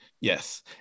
yes